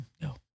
No